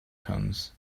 cones